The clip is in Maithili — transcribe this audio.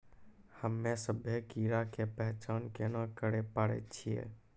हम्मे सभ्भे कीड़ा के पहचान केना करे पाड़ै छियै?